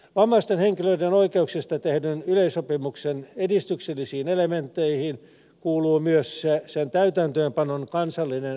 vammaisten henkilöiden oikeuksista tehdyn yleissopimuksen edistyksellisiin elementteihin kuuluu myös sen täytäntöönpanon kansallinen seuranta